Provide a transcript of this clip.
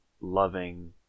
loving